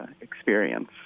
experience